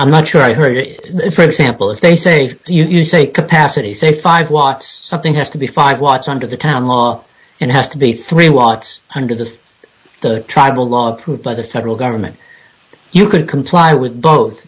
i'm not sure i heard for example if they say you say capacity say five watts something has to be five watts under the town law and has to be three watts under the the tribal law proved by the federal government you could comply with both